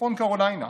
צפון קרוליינה,